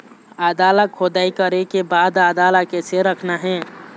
आदा ला खोदाई करे के बाद आदा ला कैसे रखना हे?